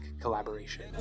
collaboration